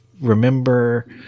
remember